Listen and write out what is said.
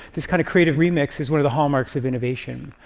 this kind of creative remix is one of the hallmarks of innovation.